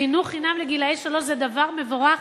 חינוך חינם לגילאי שלוש זה דבר מבורך,